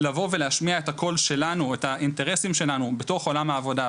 לבוא ולהשמיע את הקול שלנו ואת האינטרסים שלנו בתוך עולם העבודה.